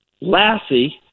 lassie